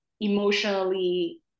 emotionally